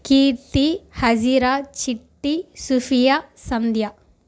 Keerthi Hajira Chitti Susiya Sandhya